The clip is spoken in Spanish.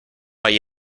hay